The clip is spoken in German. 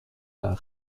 oder